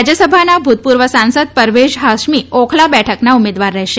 રાજ્યસભાના ભૂતપૂર્વ સાંસદ પરવેઝ હાશમી ઓખલા બેઠકના ઉમેદવાર રહેશે